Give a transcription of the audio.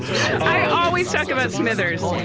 i i always talk about smithers.